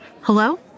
Hello